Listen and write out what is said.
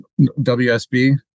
WSB